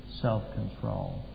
self-control